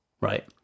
right